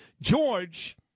George